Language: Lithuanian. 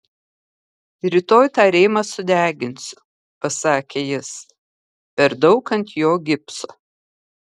rytoj tą rėmą sudeginsiu pasakė jis per daug ant jo gipso